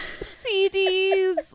CDs